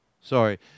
Sorry